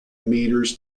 meters